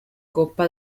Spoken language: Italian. coppa